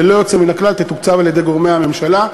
ללא יוצא מן הכלל, תתוקצב על-ידי גורמי הממשלה.